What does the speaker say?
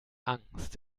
angst